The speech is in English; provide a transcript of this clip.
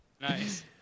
Nice